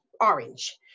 orange